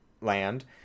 land